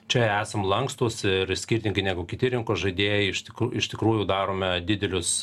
čia esam lankstūs ir skirtingai negu kiti rinkos žaidėjai iš tikrų iš tikrųjų darome didelius